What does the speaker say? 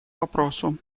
вопросу